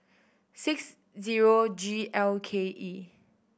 six zero G L K E